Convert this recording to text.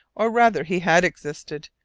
or rather he had existed,